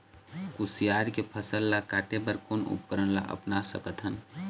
कुसियार के फसल ला काटे बर कोन उपकरण ला अपना सकथन?